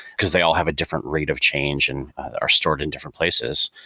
because they all have a different rate of change and are stored in different places,